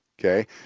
okay